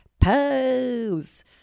Pose